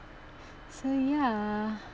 so ya